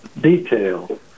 detail